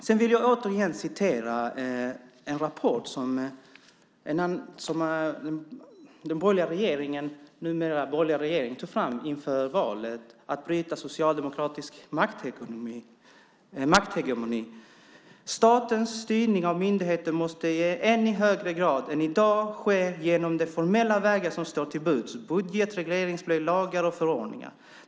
Jag vill åter läsa ur en rapport om att bryta socialdemokratisk makthegemoni som den borgerliga regeringen tog fram före valet: Statens styrning av myndigheter måste i ännu högre grad än i dag ske genom de formella vägar som står till buds: budget, regleringsbrev, lagar och förordningar.